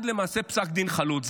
למעשה עד פסק דין חלוט,